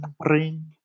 bring